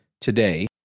today